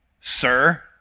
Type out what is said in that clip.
sir